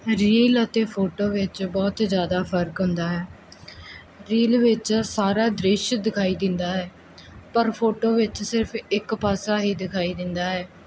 reel ਅਤੇ photo ਵਿੱਚ ਬਹੁਤ ਜ਼ਿਆਦਾ ਫਰਕ ਹੁੰਦਾ ਹੈ ਰੀਲ ਵਿੱਚ ਸਾਰਾ ਦ੍ਰਿਸ਼ ਦਿਖਾਈ ਦਿੰਦਾ ਹੈ ਪਰ ਫੋਟੋ ਵਿੱਚ ਸਿਰਫ ਇੱਕ ਪਾਸਾ ਹੀ ਦਿਖਾਈ ਦਿੰਦਾ ਹੈ